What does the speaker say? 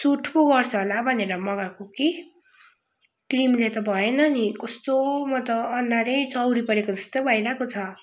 suit पो गर्छ होला भनेर मगाएको कि क्रिमले त भएन नि कस्तो म त अनुहारै चाउरी परेको जस्तै भइरहेको छ